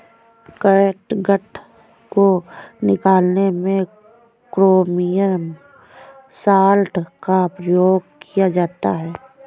catgut को निकालने में क्रोमियम सॉल्ट का प्रयोग किया जाता है